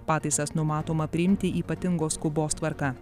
pataisas numatoma priimti ypatingos skubos tvarka